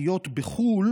פרטיות בחו"ל